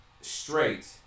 straight